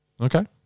Okay